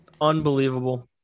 unbelievable